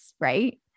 Right